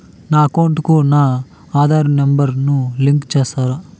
నా అకౌంట్ కు నా ఆధార్ నెంబర్ ను లింకు చేసారా